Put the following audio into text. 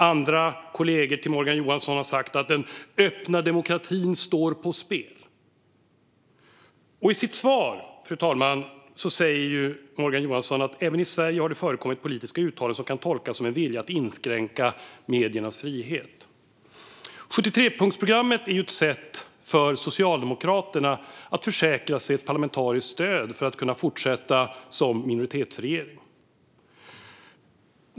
Andra kollegor till Morgan Johansson har sagt att den öppna demokratin står på spel, och i sitt svar, fru talman, sa Morgan Johansson: "Även i Sverige har det förekommit politiska uttalanden som kan tolkas som en vilja att inskränka mediernas frihet." För Socialdemokraterna är 73-punktsprogrammet ett sätt att försäkra sig om ett parlamentariskt stöd för att kunna fortsätta som minoritetsregering.